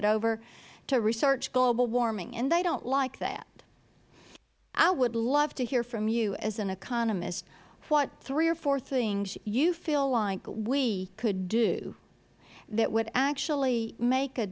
over to research global warming and they do not like that i would love to hear from you as an economist what three or four things you feel like we could do that would actually make a